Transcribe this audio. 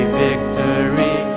victory